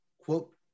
Quote